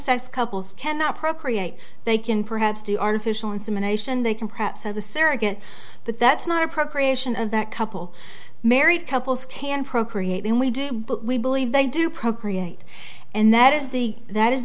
sex couples cannot procreate they can perhaps the artificial insemination they can prep so the sarah get but that's not a procreation of that couple married couples can procreate when we do we believe they do procreate and that is the that is